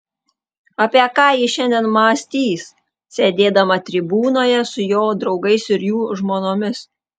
apie ką ji šiandien mąstys sėdėdama tribūnoje su jo draugais ir jų žmonomis